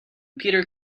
peter